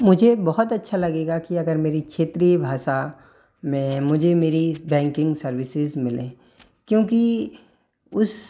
मुझे बहुत अच्छा लगेगा कि अगर मेरी क्षेत्रीय भाषा में मुझे मेरी बैंकिंग सर्विसेस मिलें क्योंकि उस